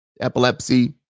epilepsy